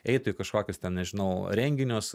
eitų į kažkokius ten nežinau renginius